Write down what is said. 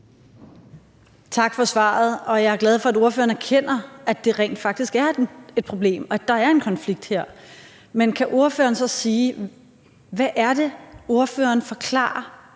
Tak for svaret, og jeg er glad for, at ordføreren erkender, at det rent faktisk er et problem, og at der er en konflikt her. Men kan ordføreren så sige, hvad det er, ordføreren forklarer